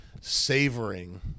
savoring